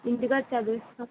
ఇంటి కాడ చదివిస్తాం